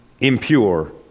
impure